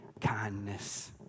kindness